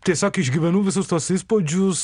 tiesiog išgyvenu visus tuos įspūdžius